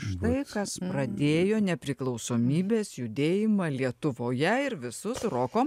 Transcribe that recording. štai kas pradėjo nepriklausomybės judėjimą lietuvoje ir visus roko